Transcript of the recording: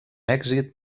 èxit